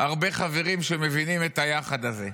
הרבה חברים שמבינים את היחד הזה.